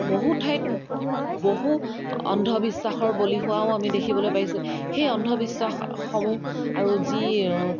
বহু ঠাইত বহু অন্ধবিশ্বাসৰ বলি হোৱাও আমি দেখিবলৈ পাইছোঁ সেই অন্ধবিশ্বাসসমূহ আৰু যি